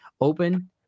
open